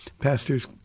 pastor's